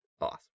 Awesome